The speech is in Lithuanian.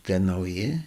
tie nauji